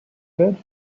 said